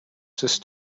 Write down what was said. sest